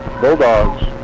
Bulldogs